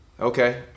Okay